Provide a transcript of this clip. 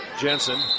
Jensen